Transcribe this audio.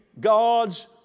God's